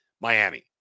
Miami